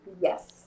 Yes